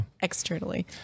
externally